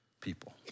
people